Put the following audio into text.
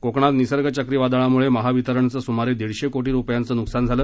कोकणात निसर्ग चक्रीवादळामुळं महावितरणचं सुमारे दीडशे कोटींचं नुकसान झालं